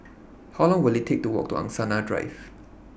How Long Will IT Take to Walk to Angsana Drive